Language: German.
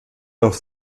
noch